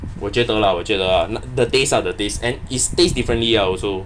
我觉得 lah 我觉得 the taste lah the taste and it's tastes differently lah also